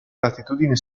latitudini